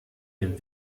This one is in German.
den